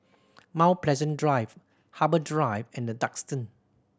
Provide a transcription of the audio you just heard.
Mount Pleasant Drive Harbour Drive and The Duxton